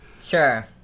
Sure